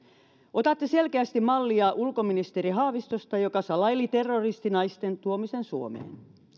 otatte selkeästi mallia ulkoministeri haavistosta joka salaili terroristinaisten tuomisen suomeen